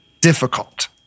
difficult